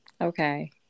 Okay